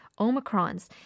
Omicrons